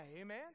Amen